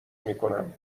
میکنم